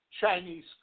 Chinese